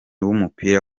w’umupira